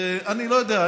אני לא יודע.